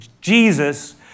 Jesus